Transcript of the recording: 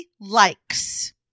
likes